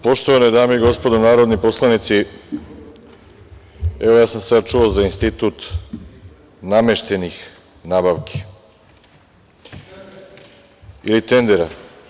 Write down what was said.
Poštovane dame i gospodo narodni poslanici, evo, ja sam sad čuo za institut nameštenih nabavki… (Miljan Damjanović: Tendera.